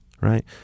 right